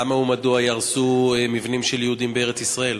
למה ומדוע ייהרסו מבנים של יהודים בארץ-ישראל?